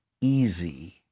easy